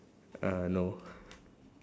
uh no